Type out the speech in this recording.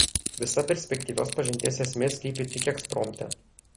visa perspektyvios pažinties esmė slypi tik ekspromte